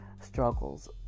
struggles